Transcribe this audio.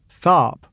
Tharp